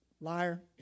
Liar